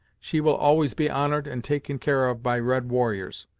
she will always be honored and taken care of by red warriors.